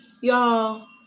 Y'all